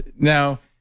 now,